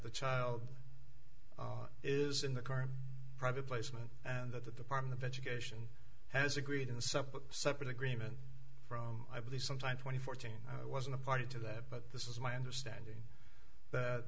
the child is in the car private placement and that the department of education has agreed in some separate agreement i believe sometime twenty fourteen wasn't a party to that but this is my understanding that